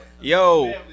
Yo